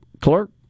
clerk